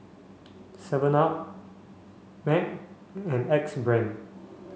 seven up MAG and Axe Brand